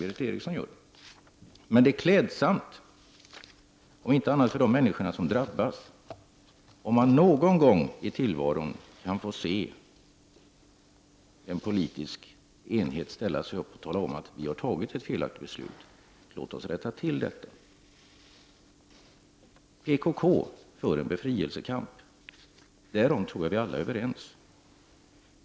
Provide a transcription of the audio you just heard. Men det ter sig klädsamt, om inte annat för de människor som drabbas, om man någon gång i tillvaron kan få se en politisk enhet ställa sig upp och säga att ”vi har fattat ett felaktigt beslut, låt oss rätta till detta”. PKK för en befrielsekamp, därom tror jag att vi alla är överens.